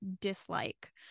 dislike